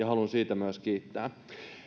haluan siitä myös kiittää